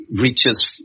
reaches